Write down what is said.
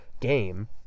game